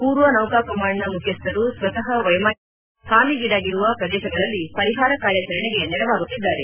ಪೂರ್ವ ನೌಕಾ ಕಮಾಂಡ್ನ ಮುಖ್ಯಸ್ಥರು ಸ್ವತಃ ವೈಮಾನಿಕ ಸಮೀಕ್ಷೆ ನಡೆಸಿ ಹಾನಿಗೀಡಾಗಿರುವ ಪ್ರದೇಶಗಳಲ್ಲಿ ಪರಿಹಾರ ಕಾರ್ಯಾಚರಣೆಗೆ ನೆರವಾಗುತ್ತಿದ್ದಾರೆ